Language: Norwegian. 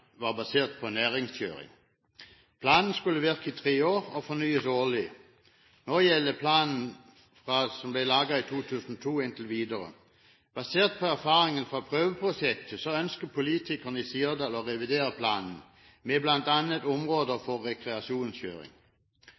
var basert på næringskjøring. Planen skulle virke i tre år og fornyes årlig. Nå gjelder planen som ble laget i 2002, inntil videre. Basert på erfaringene fra prøveprosjektet ønsker politikerne i Sirdal å revidere planen, med bl.a. områder for rekreasjonskjøring.